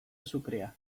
azukrea